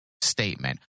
statement